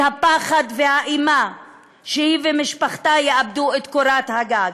את הפחד והאימה שהן ומשפחתן יאבדו את קורת הגג,